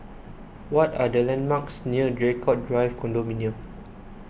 what are the landmarks near Draycott Drive Condominium